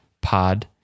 pod